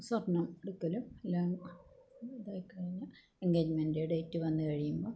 സ്വർണ്ണം എടുക്കലും എല്ലാം അതൊക്കെ കഴിഞ്ഞു എൻഗേജ്മെൻ്റ് ഡേറ്റ് വന്നു കഴിയുമ്പം